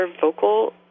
vocal